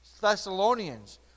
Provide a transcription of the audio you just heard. Thessalonians